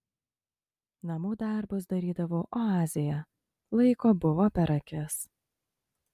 namų darbus darydavau oazėje laiko buvo per akis